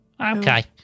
Okay